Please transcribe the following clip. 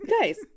guys